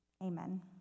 Amen